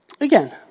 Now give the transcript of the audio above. Again